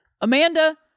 Amanda